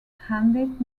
handed